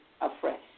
afresh